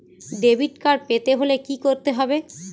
Debit card পেতে হলে কি করতে হবে?